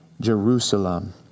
Jerusalem